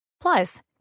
Plus